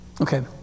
Okay